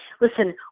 listen